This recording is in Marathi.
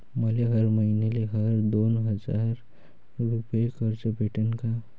मले हर मईन्याले हर दोन हजार रुपये कर्ज भेटन का?